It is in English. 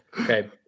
okay